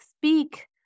speak